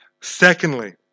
Secondly